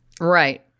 Right